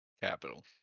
Capital